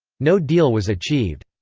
no deal was achieved.